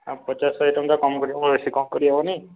ପଚାଶ୍ ଶହେ ଟଙ୍କା କମ୍ କରିହେବ ବେଶି କମ୍ କରିହେବନି